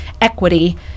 equity